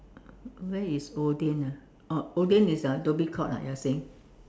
where is Odean ah oh Odean is uh Dhoby-Ghaut ah you are saying